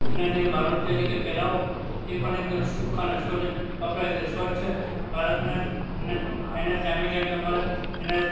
એના જે બાળોતિયા જે કંઈ પહેરાવો એ પણ એકદમ ચોખ્ખાં ને સ્વચ્છ કપડાં રીતે સ્વચ્છ બાળકને અને એને ટાઈમે ટાઈમ તમારે એને